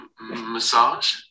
massage